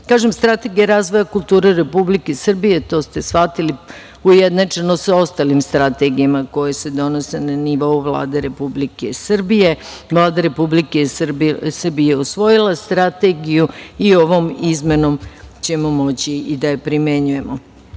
strategija razvoja kulture Republike Srbije, to ste shvatili, ujednačeno je sa ostalim strategijama koje se donose na nivou Vlade Republike Srbije, i Vlada Republike Srbije usvojila je strategiju i ovom izmenom ćemo moći i da je primenjujemo. Ustanove